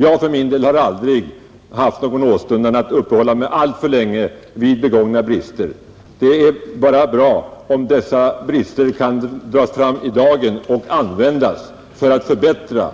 Jag för min del har aldrig haft någon åstundan att uppehålla mig alltför länge vid begångna misstag. Det är bara bra om bristerna kan dras fram i dagen och användas för att förbättra